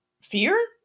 fear